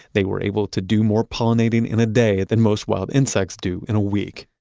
they were able to do more pollinating in a day than most wild insects do in a week.